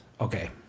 Okay